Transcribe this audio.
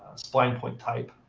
spline point type.